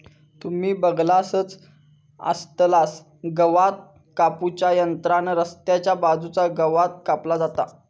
तुम्ही बगलासच आसतलास गवात कापू च्या यंत्रान रस्त्याच्या बाजूचा गवात कापला जाता